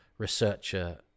Researcher